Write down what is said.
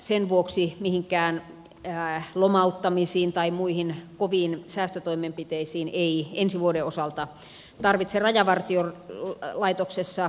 sen vuoksi mihinkään lomauttamisiin tai muihin koviin säästötoimenpiteisiin ei ensi vuoden osalta tarvitse rajavartiolaitoksessa ryhtyä